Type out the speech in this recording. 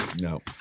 No